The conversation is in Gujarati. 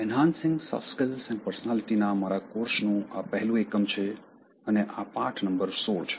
enhancing soft skills and personality ના મારા કોર્સનું આ પહેલું એકમ છે અને આ પાઠ નંબર 16 છે